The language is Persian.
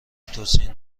توصیه